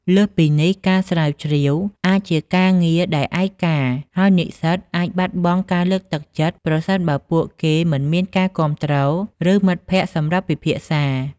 លើសពីនេះ ការស្រាវជ្រាវអាចជាការងារដែលឯកា ហើយនិស្សិតអាចបាត់បង់ការលើកទឹកចិត្ត ប្រសិនបើពួកគេមិនមានការគាំទ្រ ឬមិត្តភក្តិសម្រាប់ពិភាក្សា។